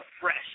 Fresh